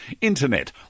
Internet